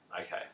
Okay